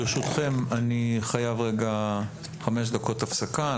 ברשותכם, אני חייב לעשות חמש דקות הפסקה.